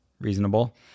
reasonable